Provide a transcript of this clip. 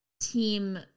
Team